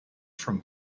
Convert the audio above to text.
from